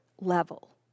level